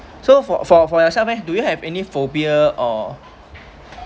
so for for for yourself eh do you have any phobia or